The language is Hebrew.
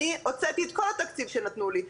אני הוצאתי את כל התקציב שנתנו לי.